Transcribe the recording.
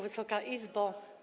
Wysoka Izbo!